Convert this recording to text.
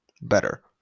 better